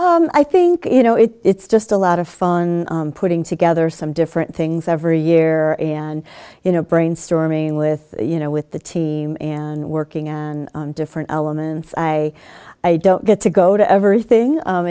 i think you know it's just a lot of fun putting together some different things every year and you know brainstorming with you know with the team and working and different elements i i don't get to go to every thing